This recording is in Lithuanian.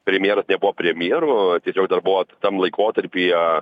premjeras nebuvo premjeru tai čia dar buvo tam laikotarpyje